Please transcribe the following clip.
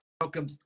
welcome